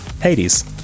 Hades